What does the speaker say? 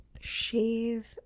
shave